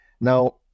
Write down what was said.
Now